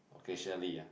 occasionally ah